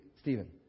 Stephen